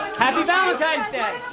happy valentine's day